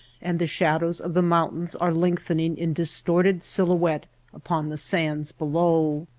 and the shadows of the mountains are lengthening in distorted silhou ette upon the sands below.